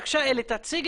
הנושא שאנחנו מעלים